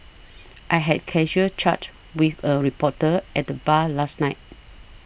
I had casual chat with a reporter at the bar last night